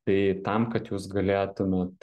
tai tam kad jūs galėtumėt